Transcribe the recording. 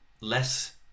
less